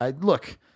look